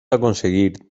aconseguir